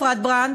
לאפרת ברנד,